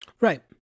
right